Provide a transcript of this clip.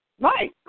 right